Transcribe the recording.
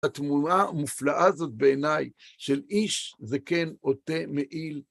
התמונה המופלאה הזאת בעיניי, של איש זקן עוטה מעיל.